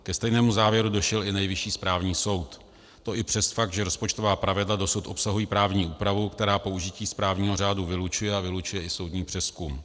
Ke stejnému závěru došel i Nejvyšší správní soud, a to i přes fakt, že rozpočtová pravidla dosud obsahují právní úpravu, která použití správního řádu vylučuje a vylučuje i soudní přezkum.